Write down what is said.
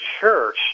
Church